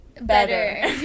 Better